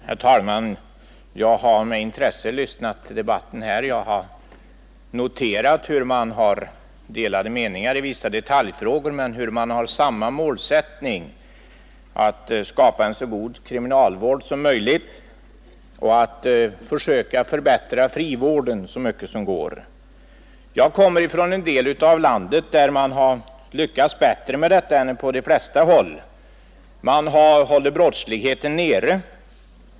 Herr talman! Jag har med intresse lyssnat på den debatt som förts här. Jag har noterat att man har delade meningar i vissa detaljfrågor men att man ändå har samma målsättning: att skapa en så god kriminalvård som möjligt och att försöka förbättra frivården så mycket som möjligt. Jag kommer från en del av landet där man lyckats bättre med detta än på de flesta håll. Man har hållit brottsligheten nere.